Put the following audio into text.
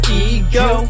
ego